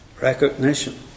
recognition